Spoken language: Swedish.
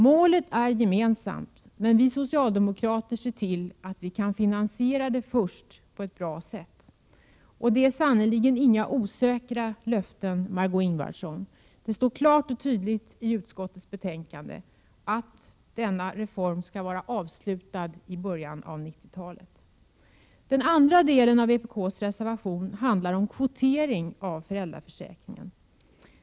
Målet är gemensamt, men vi socialdemokrater ser till att vi först kan finansiera det på ett bra sätt. Det är sannerligen inga osäkra löften, Margé Ingvardsson. Det står klart och tydligt i utskottets betänkande att denna reform skall vara avslutad i början av 1990-talet. Den andra delen av vpk:s reservation handlar om kvotering av föräldraförsäkringen.